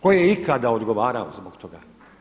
Ko je ikada odgovarao zbog toga?